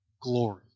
glory